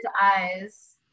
eyes